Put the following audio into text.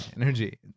energy